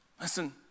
listen